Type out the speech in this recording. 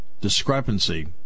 discrepancy